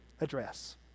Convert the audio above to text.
address